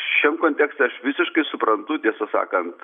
šiam kontekste aš visiškai suprantu tiesą sakant